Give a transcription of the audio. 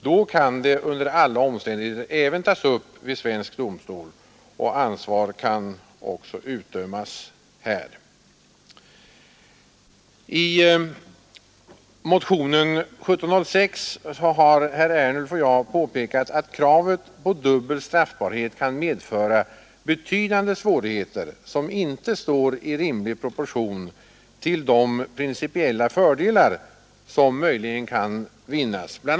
Då kan fallet under alla omständigheter tas upp vid svensk domstol, och ansvaret kan utdömas här. I motionen 1706 har herr Ernulf och jag påpekat att kravet på dubbel straffbarhet kan medföra betydande svårigheter, vilka inte står i rimlig proportion till de principiella fördelar som möjligen kan vinnas. Bl.